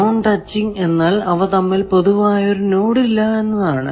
non touching എന്നാൽ അവ തമ്മിൽ പൊതുവായ ഒരു നോഡ് ഇല്ല എന്നതാണ്